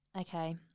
Okay